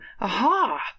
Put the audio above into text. aha